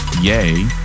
yay